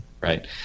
right